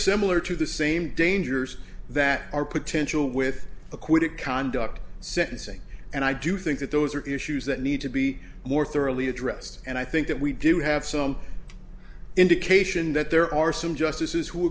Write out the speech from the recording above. similar to the same dangers that are potential with a quick conduct sentencing and i do think that those are issues that need to be more thoroughly addressed and i think that we do have some indication that there are some justices who